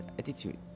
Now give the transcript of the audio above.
attitude